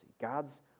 God's